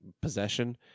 possession